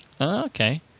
Okay